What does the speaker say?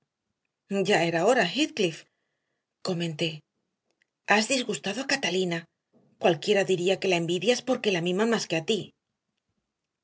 ya era hora heathcliff comenté has disgustado a catalina cualquiera diría que la envidias porque la miman más que a ti